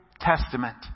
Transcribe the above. Testament